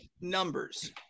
numbers